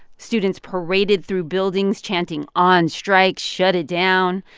students paraded through buildings chanting, on strike shut it down.